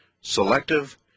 selective